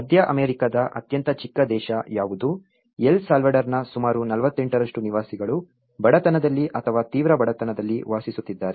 ಮಧ್ಯ ಅಮೆರಿಕದ ಅತ್ಯಂತ ಚಿಕ್ಕ ದೇಶ ಯಾವುದು L ಸಾಲ್ವಡಾರ್ನ ಸುಮಾರು 48 ನಿವಾಸಿಗಳು ಬಡತನದಲ್ಲಿ ಅಥವಾ ತೀವ್ರ ಬಡತನದಲ್ಲಿ ವಾಸಿಸುತ್ತಿದ್ದಾರೆ